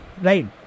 right